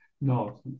no